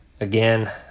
Again